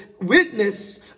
witness